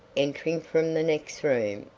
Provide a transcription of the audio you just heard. entering from the next room,